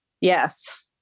yes